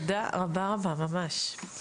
תודה רבה-רבה, ממש.